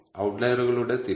കുത്തനെയുള്ള 2